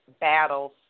battles